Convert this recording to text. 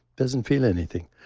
doesn't feel anything.